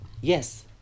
Yes